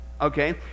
Okay